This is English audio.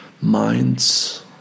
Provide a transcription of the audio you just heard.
minds